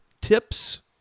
tips